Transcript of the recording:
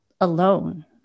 alone